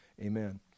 Amen